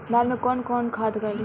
धान में कौन कौनखाद डाली?